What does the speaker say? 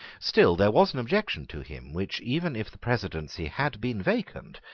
still there was an objection to him which, even if the presidency had been vacant,